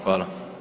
Hvala.